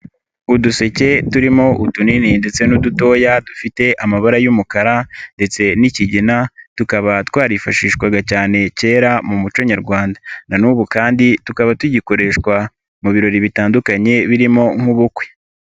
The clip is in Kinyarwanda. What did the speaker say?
Uduseke turimo utunini ndetse n'udutoya dufite amabara y'umukara ndetse n'ikigina, tukaba twarifashishwaga cyane kera mu muco nyarwanda na n'ubu kandi tukaba tugikoreshwa mu birori bitandukanye birimo nk'ubukwe.